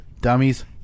dummies